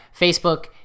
Facebook